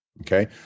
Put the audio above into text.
Okay